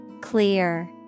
clear